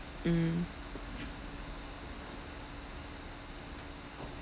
mm